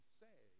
say